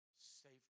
safety